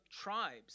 tribes